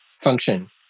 function